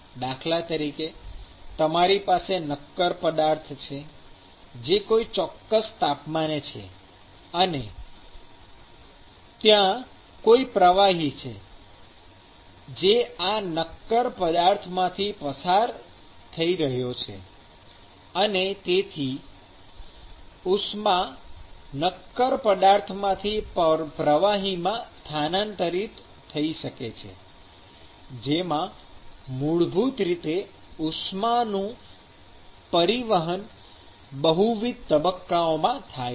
દાખલા તરીકે તમારી પાસે નક્કર પદાર્થ છે જે કોઈ ચોક્કસ તાપમાને છે અને ત્યાં કોઈ પ્રવાહી છે જે આ નક્કર પદાર્થમાંથી પસાર થઈ રહ્યો છે અને તેથી ઉષ્મા નક્કર પદાર્થમાંથી પ્રવાહીમાં સ્થાનાંતરિત થઈ શકે છે જેમાં મૂળભૂત રીતે ઉષ્માનું પરિવહન બહુવિધ તબક્કાઓમાં થાય છે